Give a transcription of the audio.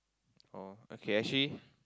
oh okay actually